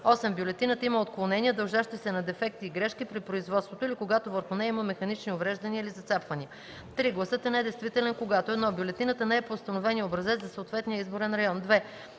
8. в бюлетината има отклонения, дължащи се на дефекти и грешки при производството, или когато върху нея има механични увреждания или зацапвания. (3) Гласът е недействителен, когато: 1. бюлетината не е по установения образец за съответния изборен район;